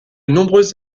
nombreux